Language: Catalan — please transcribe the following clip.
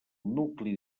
nucli